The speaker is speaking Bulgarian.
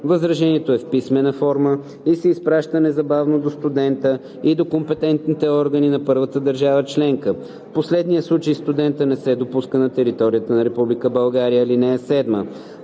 Възражението е в писмена форма и се изпраща незабавно до студента и до компетентните органи на първата държава членка. В последния случай студентът не се допуска на територията на Република